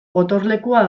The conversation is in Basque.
gotorlekua